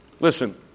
Listen